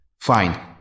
Fine